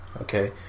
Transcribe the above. okay